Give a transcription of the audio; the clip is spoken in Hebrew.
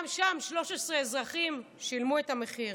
גם שם 13 אזרחים שילמו את המחיר.